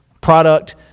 product